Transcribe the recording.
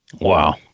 Wow